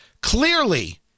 clearly